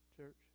church